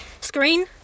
Screen